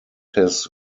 his